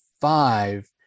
five